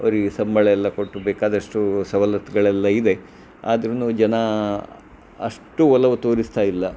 ಅವರಿಗೆ ಸಂಬಳ ಎಲ್ಲ ಕೊಟ್ಟು ಬೇಕಾದಷ್ಟು ಸವಲತ್ತುಗಳೆಲ್ಲ ಇದೆ ಆದರೂನು ಜನ ಅಷ್ಟು ಒಲವು ತೋರಿಸ್ತಾ ಇಲ್ಲ